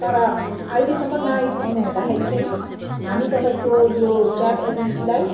तर अहिलेसम्म नआइपुग्नु हुँदाखेरि चाहिँ हामी तपाईँको यो क्याब एजेन्सीलाई